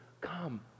come